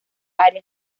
área